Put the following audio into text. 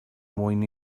mwyn